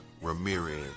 Ramirez